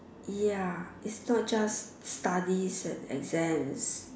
ya it's not just studies and exam